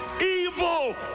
evil